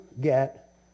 get